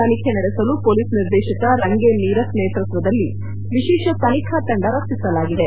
ತನಿಖೆ ನಡೆಸಲು ಪೊಲೀಸ್ ನಿರ್ದೇಶಕ ರಂಗೇ ಮೀರತ್ ನೇತೃತ್ವದಲ್ಲಿ ವಿಶೇಷ ತನಿಖಾ ತಂಡ ರಚಿಸಲಾಗಿದೆ